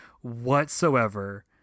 whatsoever